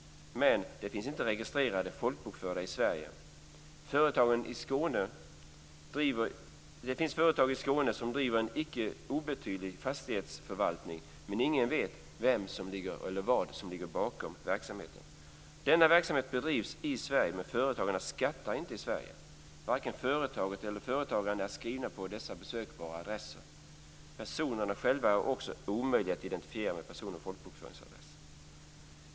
Men de finns inte registrerade och folkbokförda i Sverige. Det finns företag i Skåne som driver en icke obetydlig fastighetsförvaltning, men ingen vet vem eller vad som ligger bakom verksamheten. Denna verksamhet bedrivs i Sverige, men företagarna skattar inte i Sverige. Varken företaget eller företagaren är skrivna på dessa besökbara adresser. Personerna själva är också omöjliga att identifiera med personnummer och folkbokföringsadress.